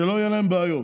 שלא יהיו להם בעיות.